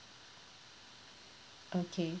okay